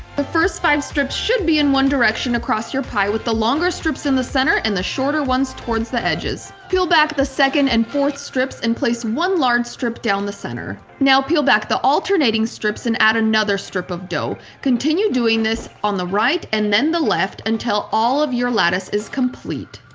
the first five strips should be in one direction across your pie with the longer strips in the center and the shorter ones towards the edges. peel back the second and fourth strips and place one large strip down the center. now peel back the alternating strips and add another strip of dough. continue doing this on the right and then the left until all of your lattice is complete.